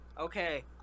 Okay